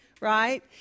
right